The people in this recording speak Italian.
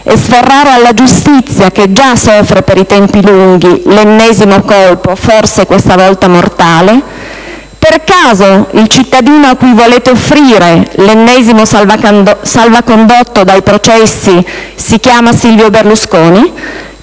e sferrare alla giustizia, che già soffre per i tempi lunghi, l'ennesimo colpo, forse questa volta mortale? Per caso il cittadino a cui volete offrire l'ennesimo salvacondotto dai processi si chiama Silvio Berlusconi?